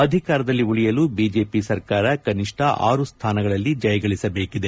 ಅಧಿಕಾರದಲ್ಲಿ ಉಳಿಯಲು ಬಿಜೆಪಿ ಸರ್ಕಾರ ಕನಿಷ್ಠ ಆರು ಸ್ಥಾನಗಳಲ್ಲಿ ಜಯಗಳಸಬೇಕಿದೆ